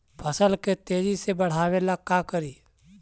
फसल के तेजी से बढ़ाबे ला का करि?